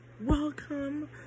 welcome